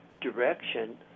direction